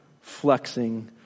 flexing